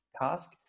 task